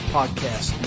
Podcast